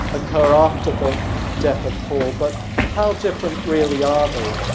occur after the death of paul, but how different really are they?